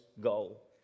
goal